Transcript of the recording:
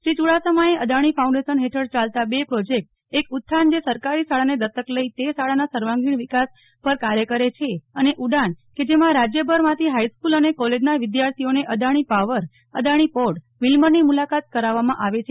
શ્રીયુડાસમાએ Adani foundation હેઠળ યાલતાં બે પ્રોજેકટ એક ઉત્થાન જે સરકારી શાળાને દત્તક લઇ તે શાળાના સર્વાંગીણ વિકાસ પર કાર્ય કરે છે અને ઉડાન કે જેમાં રાજયભરમાંથી હાઇસ્ક્રલ અને કોલેજના વિદ્યાર્થીઓને અદાણી પાવર અદાણી પોર્ટ વિલમરની મૂલાકાત કરાવવામાં આવે છે